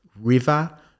River